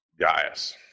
Gaius